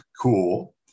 cool